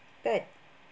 but